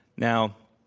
now,